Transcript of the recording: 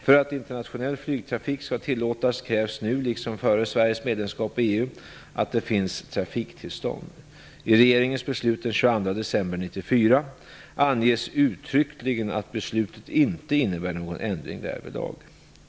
För att internationell flygtrafik skall tillåtas krävs nu, liksom före Sveriges medlemskap i EU, att det finns trafiktillstånd. I regeringens beslut den 22 december 1994 anges uttryckligen att beslutet inte innebär någon ändring därvidlag.